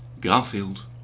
Garfield